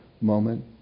Moment